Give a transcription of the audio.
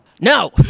No